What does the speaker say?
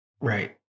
Right